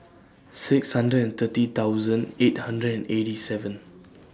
six hundred and thirty thousand eight hundred and eighty seven